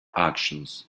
actions